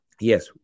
yes